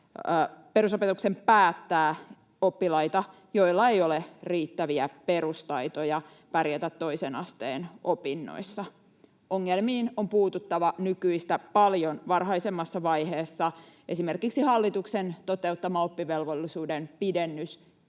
perusopetuksen päättää oppilaita, joilla ei ole riittäviä perustaitoja pärjätä toisen asteen opinnoissa. Ongelmiin on puututtava nykyistä paljon varhaisemmassa vaiheessa. Esimerkiksi hallituksen toteuttama oppivelvollisuuden pidennys